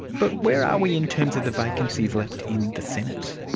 but where are we in terms of the vacancies left in the senate?